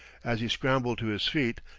as he scrambled to his feet,